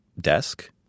desk